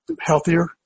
healthier